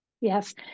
Yes